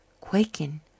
quaking